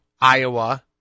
Iowa